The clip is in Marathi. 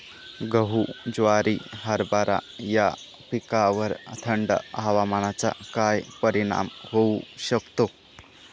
गहू, ज्वारी, हरभरा या पिकांवर थंड हवामानाचा काय परिणाम होऊ शकतो?